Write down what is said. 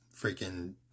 freaking